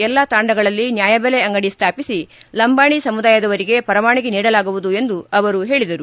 ಎಲ್ಲ ತಾಂಡಗಳಲ್ಲಿ ನ್ಯಾಯಬೆಲೆ ಅಂಗಡಿ ಸ್ಥಾಪಿಸಿ ಲಂಬಾಣಿ ಸಮುದಾಯದವರಿಗೆ ಪರವಾನಗಿ ನೀಡಲಾಗುವುದು ಎಂದು ಅವರು ಹೇಳಿದರು